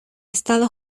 estado